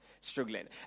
struggling